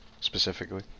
specifically